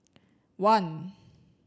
one